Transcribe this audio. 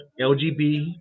LGBT